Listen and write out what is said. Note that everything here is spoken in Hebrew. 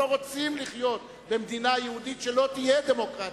הם לא רוצים לחיות במדינה יהודית שלא תהיה דמוקרטית.